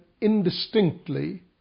indistinctly